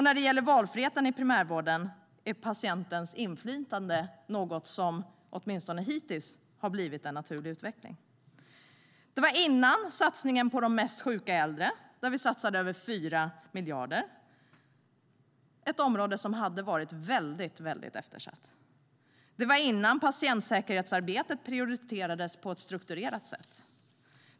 När det gäller valfriheten i primärvården är patientens inflytande något som, åtminstone hittills, har blivit en naturlig utveckling. Det var före satsningen på de mest sjuka äldre. Vi satsade över 4 miljarder på detta område, som hade varit väldigt eftersatt. Det var innan patientsäkerhetsarbetet prioriterades på ett strukturerat sätt.